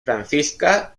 francisca